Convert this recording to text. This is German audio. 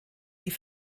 die